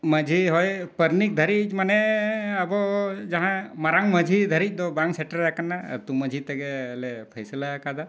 ᱢᱟᱺᱡᱷᱤ ᱦᱚᱭ ᱯᱟᱨᱟᱱᱤᱠ ᱫᱷᱟᱹᱨᱤᱡ ᱢᱟᱱᱮ ᱟᱵᱚ ᱡᱟᱦᱟᱸ ᱢᱟᱨᱟᱝ ᱢᱟᱺᱡᱷᱤ ᱫᱷᱟᱹᱨᱤᱡ ᱫᱚ ᱵᱟᱝ ᱥᱮᱴᱮᱨ ᱟᱠᱟᱱᱟ ᱟᱛᱳ ᱢᱟᱺᱡᱷᱤ ᱛᱮᱜᱮᱞᱮ ᱯᱷᱟᱭᱥᱟᱞᱟ ᱟᱠᱟᱫᱟ